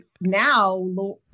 now